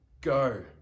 Go